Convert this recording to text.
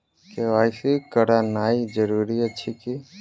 KYC करानाइ जरूरी अछि की?